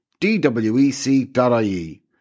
dwec.ie